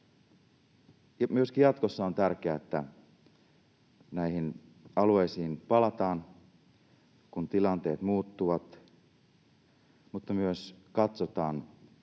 Myöskin jatkossa on tärkeää, että näihin alueisiin palataan, kun tilanteet muuttuvat, mutta myös katsotaan